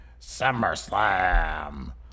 SummerSlam